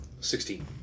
Sixteen